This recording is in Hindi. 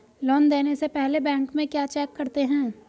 लोन देने से पहले बैंक में क्या चेक करते हैं?